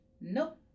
Nope